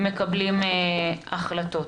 מקבלים החלטות.